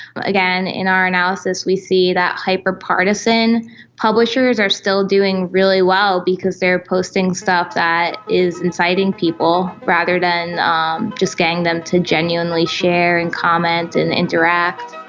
again, in our analysis we see that hyper-partisan publishers are still doing really well because we are posting stuff that is inciting people rather than um just getting them to genuinely share and comment and interact.